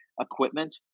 equipment